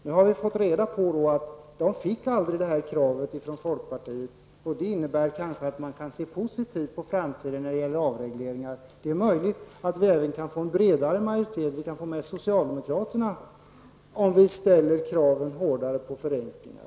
Nu har vi fått reda på att folkpartiet aldrig ställde detta krav, och det innebär att man kanske kan se positivt på framtiden när det gäller avregleringar. Det är möjligt att vi även kan få en bredare majoritet och kanske få med socialdemokraterna om vi ställer hårdare krav på förenklingar.